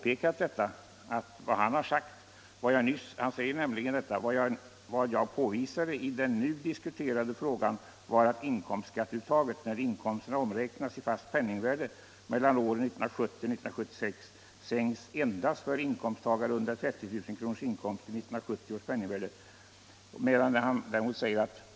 Professor Lodin skriver nämligen: ”Vad jag påvisade i den nu diskuterade frågan var att inkomstskatteuttaget, när inkomsterna omräknas i fast penningvärde, mellan åren 1970 och 1976 sänkts endast för inkomsttagare under 30 000 kronors inkomst i 1970 års penningvärde, ---.